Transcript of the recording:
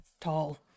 tall